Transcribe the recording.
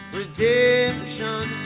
redemption